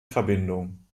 verbindung